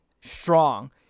strong